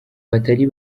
batari